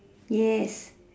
yes